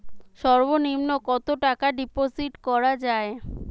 সর্ব নিম্ন কতটাকা ডিপোজিট করা য়ায়?